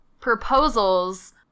proposals